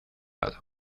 lado